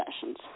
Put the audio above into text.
sessions